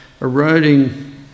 eroding